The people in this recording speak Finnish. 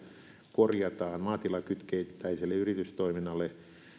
korjataan maatilakytkentäiselle yritystoiminnalle